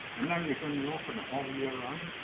and now you're going to open it all year um